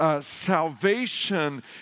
salvation